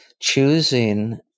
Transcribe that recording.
choosing